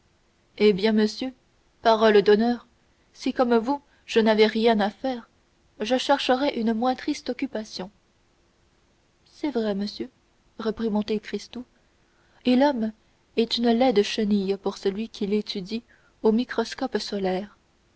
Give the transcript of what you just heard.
eh bien monsieur parole d'honneur si comme vous je n'avais rien à faire je chercherais une moins triste occupation c'est vrai monsieur reprit monte cristo et l'homme est une laide chenille pour celui qui l'étudie au microscope solaire